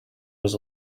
was